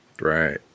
right